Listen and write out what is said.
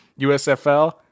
USFL